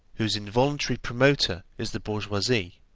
whose involuntary promoter is the bourgeoisie,